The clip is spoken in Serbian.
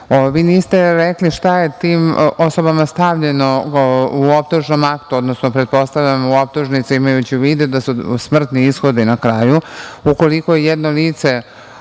Vi niste rekli šta je tim osobama stavljeno u optužnom aktu, odnosno pretpostavljam u optužnici, imajući u vidu da su smrtni ishodi na kraju. Ukoliko je jedno lice